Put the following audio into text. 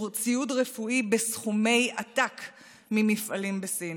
ציוד רפואי בסכומי עתק ממפעלים בסין